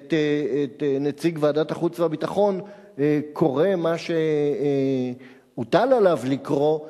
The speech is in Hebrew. את נציג ועדת החוץ והביטחון קורא מה שהוטל עליו לקרוא,